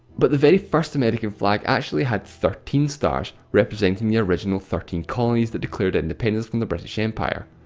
but the very first american flag actually had thirteen stars, representing the original thirteen colonies that declared independence from the british empire.